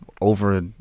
over